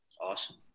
Awesome